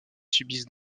subissent